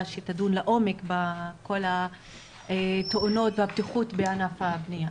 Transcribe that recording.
שתדון לעומק בכל התאונות והבטיחות בענף הבנייה.